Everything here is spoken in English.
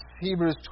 Hebrews